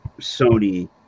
sony